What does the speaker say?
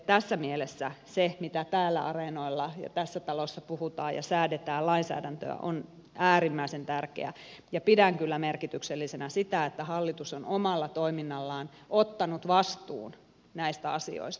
tässä mielessä se mitä täällä areenoilla ja tässä talossa puhutaan ja säädetään lainsäädäntöä on äärimmäisen tärkeää ja pidän kyllä merkityksellisenä sitä että hallitus on omalla toiminnallaan ottanut vastuun näistä asioista